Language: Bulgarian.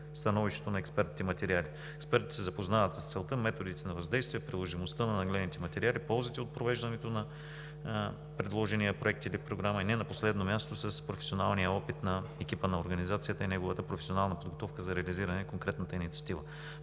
становището на експертите материали. Експертите се запознават с целта, методите на въздействие, приложимостта на нагледните материали, ползите от провеждането на предложения проект или програма, и не на последно място, с професионалния опит на екипа на организацията и неговата професионална подготовка за реализиране на конкретната инициатива.